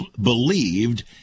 believed